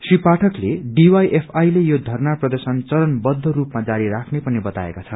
श्री पाठकले डिवाईएफआई ले यो धरना प्रदशन चरणबद्ध रूपमा जारी राख्ने पनि बताएका छन्